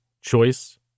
choice